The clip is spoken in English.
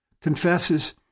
confesses